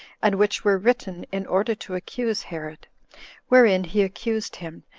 and which were written in order to accuse herod wherein he accused him,